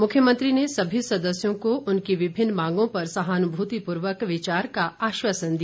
मुख्यमंत्री ने समी सदस्यों को उनकी विभिन्न मांगों पर सहानुभूतिपूर्वक विचार का आश्वासन दिया